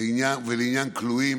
ולעניין כלואים,